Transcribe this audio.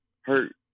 Hurt